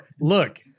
look